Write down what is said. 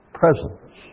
presence